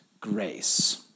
grace